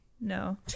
No